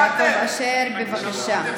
יעקב אשר, בבקשה.